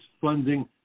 funding